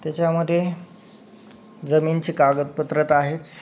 त्याच्यामध्ये जमिनीची कागदपत्रं तर आहेच